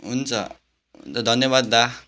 हुन्छ धन्यवाद दा